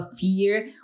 fear